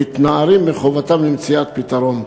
מתנערים מחובתם למציאת פתרון,